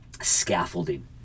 scaffolding